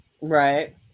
right